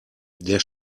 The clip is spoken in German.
der